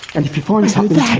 and if you find something,